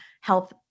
health